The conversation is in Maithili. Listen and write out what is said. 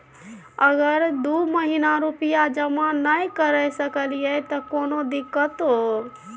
अगर दू महीना रुपिया जमा नय करे सकलियै त कोनो दिक्कतों?